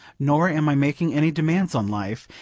nor am i making any demands on life.